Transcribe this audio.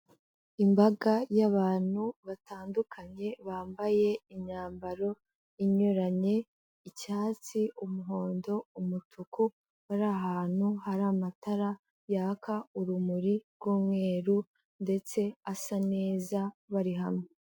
Imbaga y'abantu batandukanye, bambaye imyambaro inyuranye, icyatsi, umuhondo, umutuku, bari ahantu hari amatara yaka urumuri rw'umweru, ndetse asa neza bari hamwe.